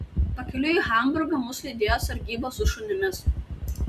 pakeliui į hamburgą mus lydėjo sargyba su šunimis